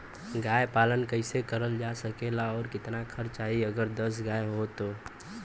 गाय पालन कइसे करल जा सकेला और कितना खर्च आई अगर दस गाय हो त?